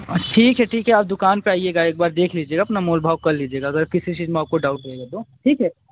ठीक है ठीक है आप दुकान पर आइएगा एक बार देख लीजिएगा अपना मोल भाव कर लीजिएगा अगर किसी चीज में आपको डाउट रहेगा तो ठीक है